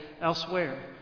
elsewhere